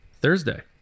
Thursday